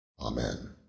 Amen